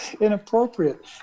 inappropriate